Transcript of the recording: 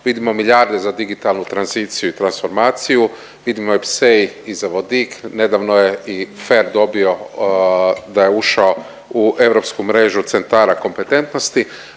vidimo milijarde za digitalnu tranziciju i transformaciju, vidimo epsej i za vodik. Nedavno je i FER dobio da je ušao u europsku mrežu centara kompetentnosti,